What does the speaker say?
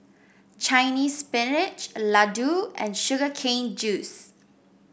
Chinese Spinach laddu and Sugar Cane Juice